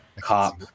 cop